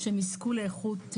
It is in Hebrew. שיזכו לאיכות חיים,